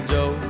Joe